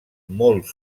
molt